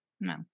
No